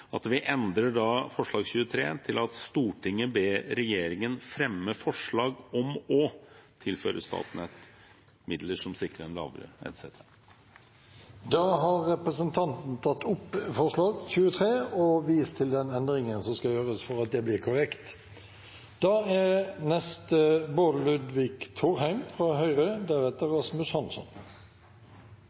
Venstre. Vi bør gjøre en liten endring i det forslaget, noe stortingssekretariatet har gjort oppmerksom på. Forslaget lyder da. «Stortinget ber regjeringen fremme forslag om å tilføre Statnett midler som sikrer en lavere økning av nettleien i fremtiden enn det som er planlagt.» Da har representanten Ola Elvestuen tatt opp forslag nr. 23 og vist til den endringen som skal gjøres for at det